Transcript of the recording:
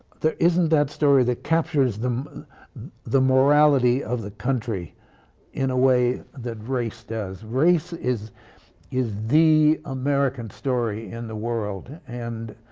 there isn't that story that captures the morality of the country in a way that race does. race is is the american story in the world and